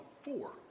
four